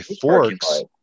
forks